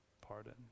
pardon